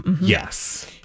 Yes